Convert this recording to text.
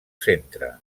centre